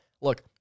look